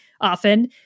often